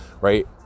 right